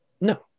No